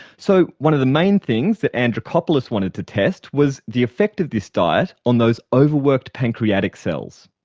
so one of the main things that andrikopoulos wanted to test was the effect of this diet on those overworked pancreatic cells.